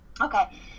Okay